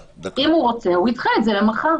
אם הוא רוצה, הוא ידחה את זה למחר.